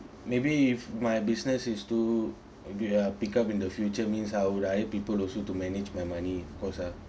maybe if my business is to maybe uh pick up in the future means I would hire people also to manage my money because ah